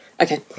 okay